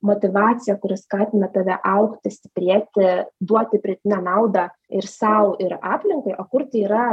motyvacija kuri skatina tave augti stiprėti duoti pridėtinę naudą ir sau ir aplinkai o kur tai yra